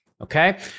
okay